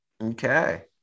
Okay